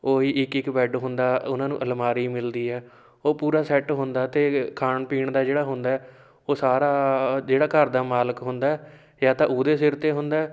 ਉਹੀ ਇੱਕ ਇੱਕ ਬੈਡ ਹੁੰਦਾ ਉਹਨਾਂ ਨੂੰ ਅਲਮਾਰੀ ਮਿਲਦੀ ਹੈ ਉਹ ਪੂਰਾ ਸੈਟ ਹੁੰਦਾ ਅਤੇ ਖਾਣ ਪੀਣ ਦਾ ਜਿਹੜਾ ਹੁੰਦਾ ਉਹ ਸਾਰਾ ਜਿਹੜਾ ਘਰ ਦਾ ਮਾਲਕ ਹੁੰਦਾ ਜਾਂ ਤਾਂ ਉਹਦੇ ਸਿਰ 'ਤੇ ਹੁੰਦਾ